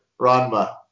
ranma